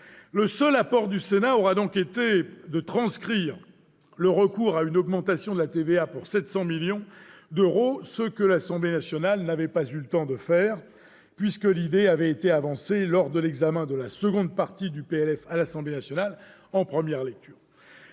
Le seul apport du Sénat aura donc été de transcrire le recours à une augmentation de la TVA à hauteur de 700 millions d'euros, ce que l'Assemblée nationale n'avait pas eu le temps de faire, puisque l'idée avait été avancée lors de l'examen en première lecture de la seconde partie du projet de